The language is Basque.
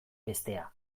bestea